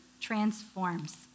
transforms